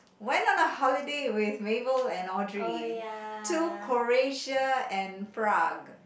went on a holiday with Mabel and Audrey to Croatia and prague